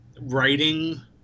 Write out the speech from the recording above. writing